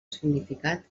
significat